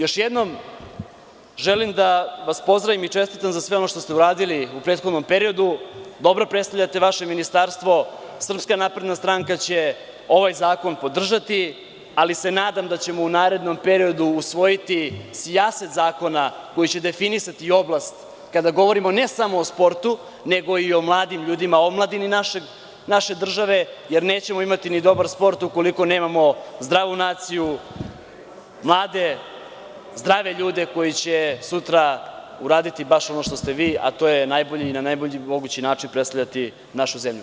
Još jednom želim da vas pozdravim i čestitam za sve ono što ste uradili u prethodnom periodu, dobro predstavljate vaše ministarstvo, SNS će ovaj zakon podržati, ali se nadam da ćemo u narednom periodu usvojiti sijaset zakona koji će definisati i oblast, kada govorimo ne samo o sportu nego i o mladim ljudima o omladini naše države, jer nećemo imati ni dobar sport ukoliko nemamo zdravu naciju mlade, zdrave ljude koji će sutra uraditi baš ono što ste vi, a to je najbolji i na najbolji mogući način predstavljati našu zemlju.